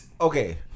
Okay